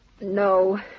No